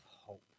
hope